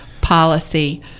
policy